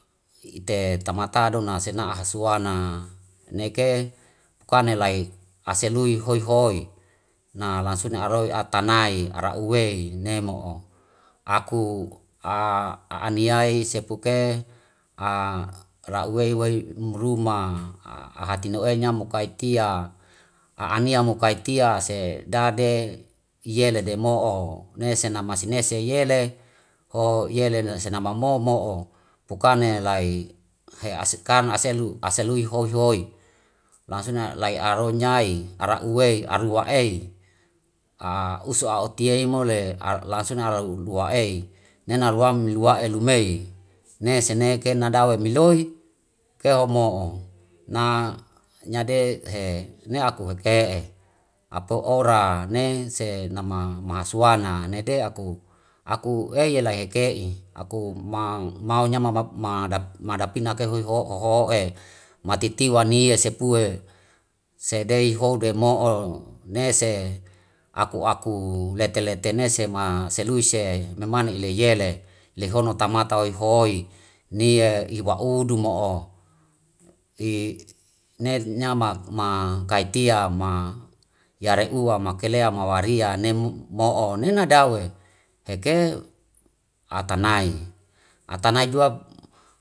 Ite tamata dona hasena hasuana neke ukana lai aselui hoi hoi. Na lasuna aroi atanai ara uwei ne mo'o. Aku ani yai sepuke ra uwei wei ruma ahati nau ei nya mu kaitia, a'anea mu kaita se dade yele demo'o ne senama masine se yele ho yele sena momo mo'o. Puka ne lai, kan aselu aselui hoi hoi lasuna lai aro nyai ara uwei, arua ei, usu a'uti yei mole lasuna ara lua ei. Nena ruam liho wa'e lumei ne sene kena dawe miloi ke'o mo'o. Na nya de he ne aku heke'e, apo ora ne senama ma hasuana nede aku, aku eyele heke'i aku ma, mau nya mama ma dapina kei hoho'e matitiwa ni ye sepu'e sedei ho demo'o. Ne se aku lete lete ne sama selui se memane ile yele lehono tamata oi hoi nie iwa udu mo'o. ne nama kaitia ma yare ua mekelea mawaria nemo'o nena dawe. Heke atanai, atanai jua.